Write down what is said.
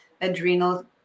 adrenal